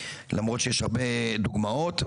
למרות שיש הרבה דוגמאות,